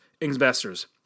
investors